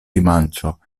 dimanĉo